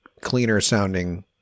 cleaner-sounding